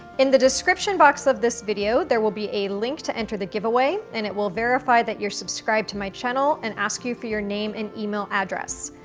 in the description box of this video, there will be a link to enter the giveaway and it will verify that you're subscribed to my channel and ask you for your name and email address.